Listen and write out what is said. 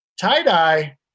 tie-dye